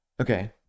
Okay